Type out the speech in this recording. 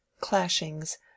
clashings